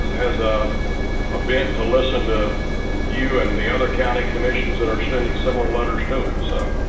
has a ah bent to listen to you and the other county commissioners that are sending some more letters to him so